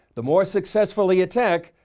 the more successful the attack,